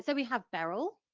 so we have beryl,